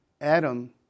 Adam